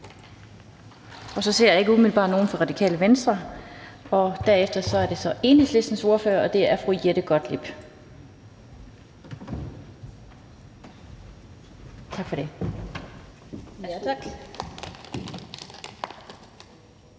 Jeg ser ikke umiddelbart nogen fra Radikale Venstre, så derfor er det Enhedslistens ordfører, fru Jette Gottlieb. Kl.